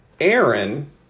Aaron